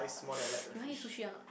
you want eat sushi or not